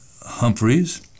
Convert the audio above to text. Humphreys